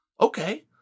Okay